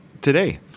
today